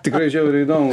tikrai žiauriai įdomu